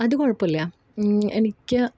അത് കുഴപ്പമില്ല എനിക്ക്